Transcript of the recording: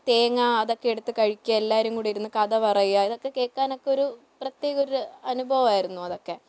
തേങ്ങ അതൊക്കെ എടുത്തു കഴിക്കുക എല്ലാവരും കൂടി ഇരുന്ന് കഥ പറയുക ഇതൊക്കെ കേൾക്കാനൊക്കെ ഒരു പ്രത്യേക ഒരു അനുഭവമായിരുന്നു അതൊക്കെ